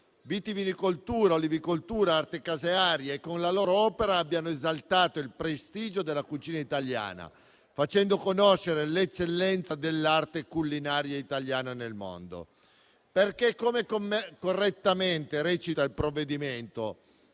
vitivinicoltura, olivicoltura, arte casearia, e con la loro opera abbiano esaltato il prestigio della cucina italiana facendo conoscere l'eccellenza dell'arte culinaria italiana nel mondo. Come correttamente recita il provvedimento,